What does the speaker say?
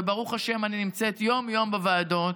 וברוך השם אני נמצאת יום-יום בוועדות,